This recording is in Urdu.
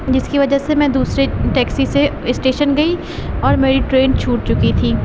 جس کی وجہ سے میں دوسرے ٹیکسی سے اسٹیشن گئی اور میری ٹرین چھوٹ چکی تھی